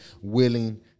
willing